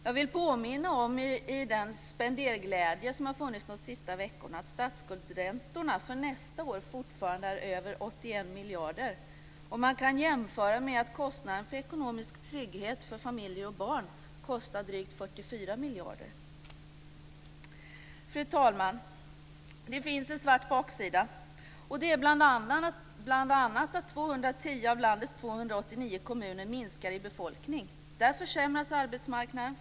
Jag vill, i den spenderglädje som har funnits de senaste veckorna, påminna om att statsskuldsräntorna för nästa år fortfarande är över 81 miljarder kronor. Man kan jämföra med att kostnaderna för ekonomisk trygghet för familjer och barn ligger på drygt 44 miljarder. Fru talman! Det finns en svart baksida. Det är bl.a. att 210 av landets 289 kommuner minskar i befolkning. Där försämras arbetsmarknaden.